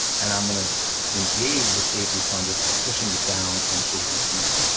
and i'm gonna engage the safety plunger by pushing it down and shake it again,